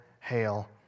hail